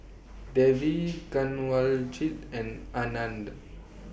Devi Kanwaljit and Anand